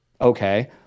Okay